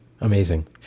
Amazing